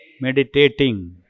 meditating